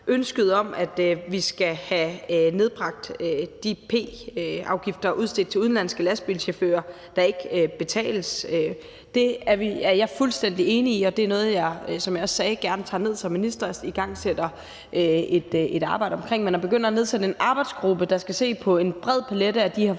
ønsket om, at vi skal have nedbragt de p-afgifter udstedt til udenlandske lastbilchauffører, der ikke betales. Det er jeg fuldstændig enig i, og det er noget, jeg gerne tager ned som minister, som jeg også sagde, i forhold til at igangsætte et arbejde omkring det. Men at begynde at nedsætte en arbejdsgruppe, der skal se på en bred palet af de her